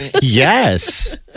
Yes